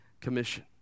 commission